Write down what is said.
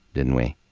didn't we.